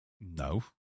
No